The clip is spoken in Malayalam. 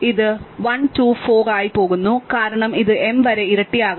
ഇത് 1 2 4 ആയി പോകുന്നു കാരണം ഇത് m വരെ ഇരട്ടിയാകുന്നു